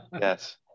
yes